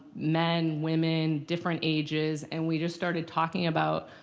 men, women, different ages, and we just started talking about